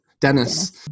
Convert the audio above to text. Dennis